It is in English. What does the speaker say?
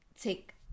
take